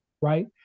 Right